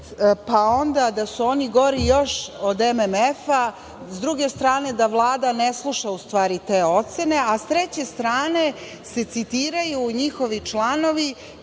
pa onda da su oni gori još od MMF-a, s druge strane da Vlada ne sluša te ocene, a sa treće strane se citiraju njihovi članovi